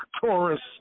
taurus